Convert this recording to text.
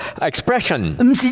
expression